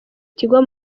tigo